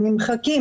הם נמחקים.